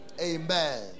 Amen